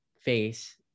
face